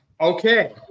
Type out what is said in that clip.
Okay